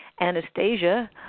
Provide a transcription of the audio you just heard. Anastasia